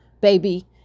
baby